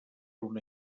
una